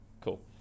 cool